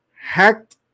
hacked